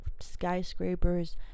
skyscrapers